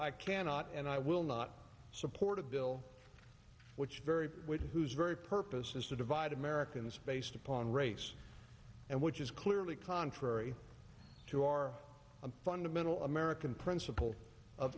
i cannot and i will not support a bill which vary with whose very purpose is to divide americans based upon race and which is clearly contrary to our fundamental american principle of